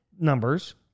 numbers